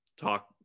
talk